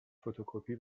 فتوکپی